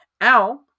Al